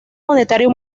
monetario